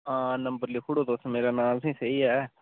हां नंबर लिखी ओड़ो तुस मेरा नांऽ तुसेंगी सेई ऐ